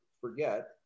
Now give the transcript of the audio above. forget